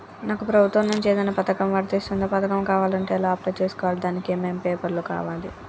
నాకు ప్రభుత్వం నుంచి ఏదైనా పథకం వర్తిస్తుందా? పథకం కావాలంటే ఎలా అప్లై చేసుకోవాలి? దానికి ఏమేం పేపర్లు కావాలి?